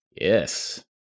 Yes